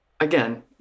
again